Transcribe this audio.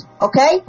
Okay